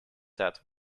that